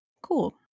Cool